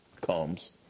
comes